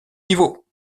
niveau